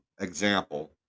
example